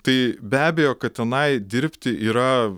tai be abejo kad tenai dirbti yra